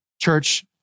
Church